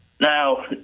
Now